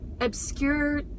obscure